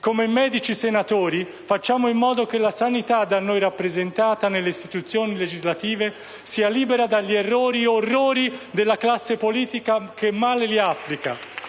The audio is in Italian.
come medici senatori, facciamo in modo che la sanità da noi rappresentata nelle istituzioni legislative sia libera dagli errori e orrori della classe politica. *(Applausi